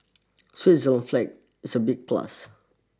Switzerland's flag is a big plus